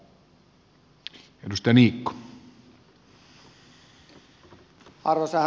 arvoisa herra puhemies